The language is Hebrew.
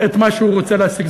מה שהוא רוצה להשיג,